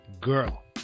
girl